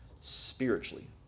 spiritually